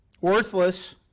worthless